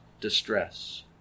distress